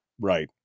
Right